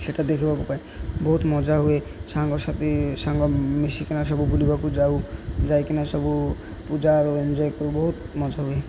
ସେଟା ଦେଖିବାକୁ ପାଏ ବହୁତ ମଜା ହୁଏ ସାଙ୍ଗସାଥି ସାଙ୍ଗ ମିଶିକିନା ସବୁ ବୁଲିବାକୁ ଯାଉ ଯାଇକିନା ସବୁ ପୂଜା ଆ ଏନ୍ଜୟ କରୁ ବହୁତ ମଜା ହୁଏ